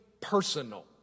Personal